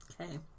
Okay